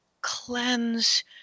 cleanse